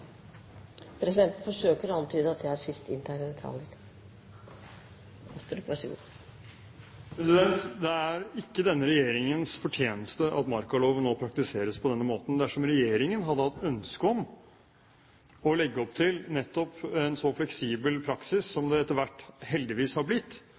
ikke denne regjeringens fortjeneste at markaloven nå praktiseres på denne måten. Dersom regjeringen hadde hatt ønske om å legge opp til nettopp en så fleksibel praksis som det etter hvert heldigvis har blitt,